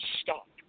stop